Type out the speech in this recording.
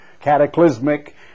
cataclysmic